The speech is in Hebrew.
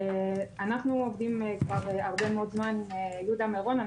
אנחנו עובדים כבר הרבה מאוד זמן עם יהודה מירון,